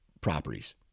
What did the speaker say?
properties